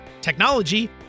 technology